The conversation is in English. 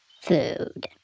Food